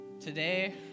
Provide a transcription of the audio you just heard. today